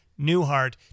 Newhart